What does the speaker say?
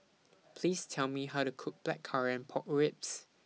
Please Tell Me How to Cook Blackcurrant Pork Ribs